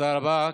תודה רבה.